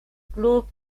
club